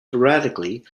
dramatically